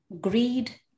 greed